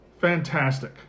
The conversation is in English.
Fantastic